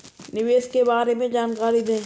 निवेश के बारे में जानकारी दें?